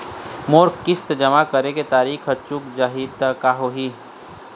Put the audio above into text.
मोर किस्त जमा करे के तारीक हर चूक जाही ता का होही?